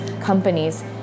companies